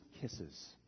kisses